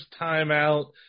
timeout